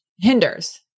Hinders